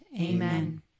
Amen